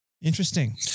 interesting